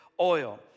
oil